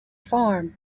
farm